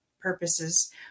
purposes